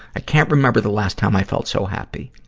i can't remember the last time i felt so happy.